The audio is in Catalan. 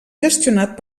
gestionat